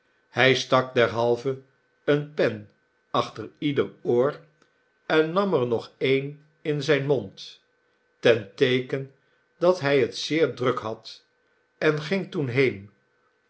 hij stak derhalve eene pen achter ieder oor en nam er nog een in zijn mond ten teeken dat hij het zeer druk had en ging toen heen